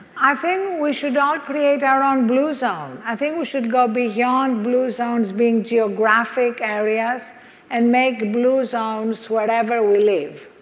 i think we should all create our own blue zone. i think we should go beyond blue zones being geographic areas and make blue zones whatever we live